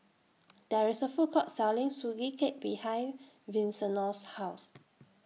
There IS A Food Court Selling Sugee Cake behind Vincenzo's House